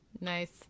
Nice